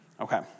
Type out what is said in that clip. okay